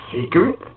secret